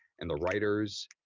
and the writers.